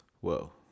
Whoa